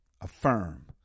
Affirm